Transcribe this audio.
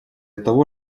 того